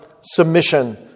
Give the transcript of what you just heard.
Submission